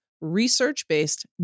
research-based